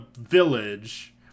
village